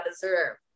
deserve